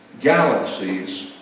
Galaxies